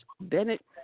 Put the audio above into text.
Bennett